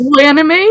anime